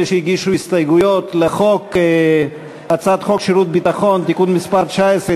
אלה שהגישו הסתייגויות להצעת חוק שירות ביטחון (תיקון מס' 19),